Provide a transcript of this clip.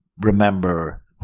remember